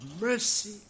mercy